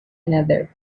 another